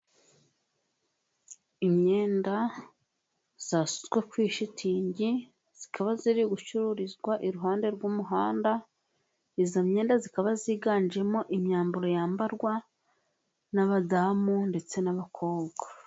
Imyenda yasutswe kuri shitingi, ikaba iri gucururizwa iruhande rw'umuhanda. Iyo myenda ikaba yiganjemo imyambaro yambarwa n'abadamu ndetse n'abakobwa.